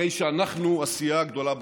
הרי שאנחנו הסיעה הגדולה בכנסת.